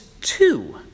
two